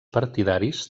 partidaris